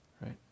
right